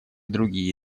другие